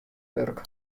wurk